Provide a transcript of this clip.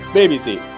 baby seat.